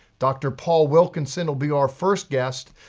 dr. paul wilkinson we'll be our first guest,